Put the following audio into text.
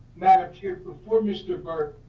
madam chair before mr. burke,